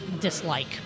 dislike